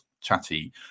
chatty